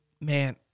man